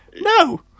No